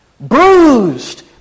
bruised